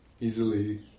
easily